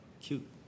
cute